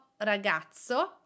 ragazzo